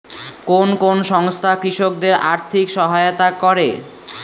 কোন কোন সংস্থা কৃষকদের আর্থিক সহায়তা করে?